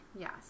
Yes